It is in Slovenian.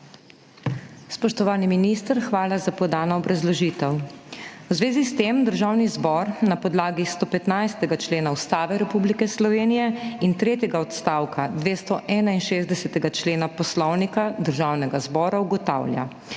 Spoštovani minister, hvala za podano obrazložitev. V zvezi s tem Državni zbor na podlagi 115. člena Ustave Republike Slovenije in tretjega odstavka 261. člena Poslovnika Državnega zbora ugotavlja,